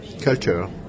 culture